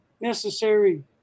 necessary